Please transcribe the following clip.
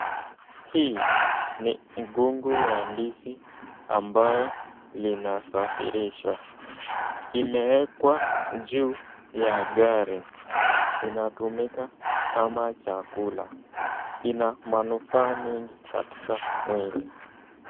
Hii ni mgogo wa ndizi ambao linasafiriswa, imewekwa juu ya gari, limetumika kama chakula, ina manufaa mengi katika mweli